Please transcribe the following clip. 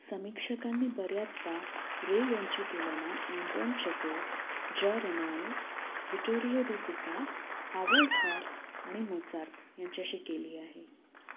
समीक्षकांनी बऱ्याचदा रे यांची तुलना Anton Chekhov Jean Renoir Vittorio De Sica Howard Hawks आणि मोचार्थ यांच्याशी केली आहे